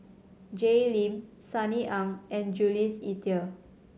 Jay Lim Sunny Ang and Jules Itier